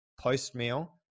post-meal